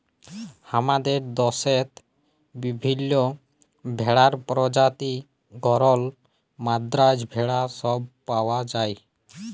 হামাদের দশেত বিভিল্য ভেড়ার প্রজাতি গরল, মাদ্রাজ ভেড়া সব পাওয়া যায়